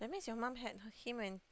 that means your mom had her him when